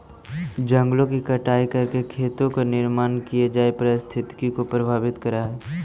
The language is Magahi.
जंगलों की कटाई करके खेतों का निर्माण किये जाए पारिस्थितिकी को प्रभावित करअ हई